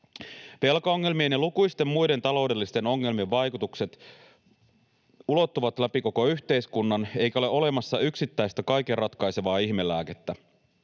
Velkaongelmien ja lukuisten muiden taloudellisten ongelmien vaikutukset ulottuvat läpi koko yhteiskunnan, eikä ole olemassa yksittäistä kaiken ratkaisevaa ihmelääkettä.